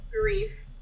grief